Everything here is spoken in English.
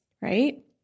right